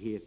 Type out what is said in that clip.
Herr